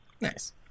Nice